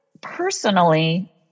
personally